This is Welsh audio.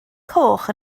coch